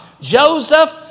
Joseph